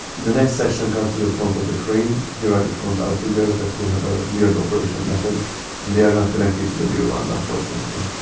the next section comes to the front of the crane here are the front outriggers that will have a weird operation method and they are not connected to the rear ones unfortunately